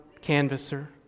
canvasser